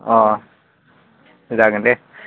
अ जागोन दे